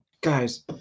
guys